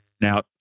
Now